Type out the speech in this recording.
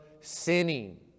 sinning